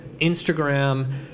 Instagram